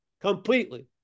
Completely